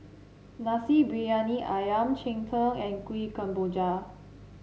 Nasi Briyani ayam Cheng Tng and Kuih Kemboja